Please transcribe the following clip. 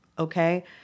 Okay